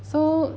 so